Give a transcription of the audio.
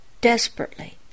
desperately